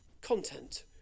content